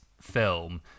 film